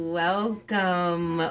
welcome